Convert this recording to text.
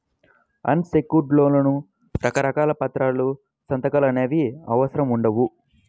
అన్ secured లోన్లకి రకరకాల పత్రాలు, సంతకాలు అనేవి అవసరం ఉండవు